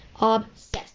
obsessed